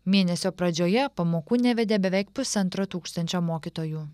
mėnesio pradžioje pamokų nevedė beveik pusantro tūkstančio mokytojų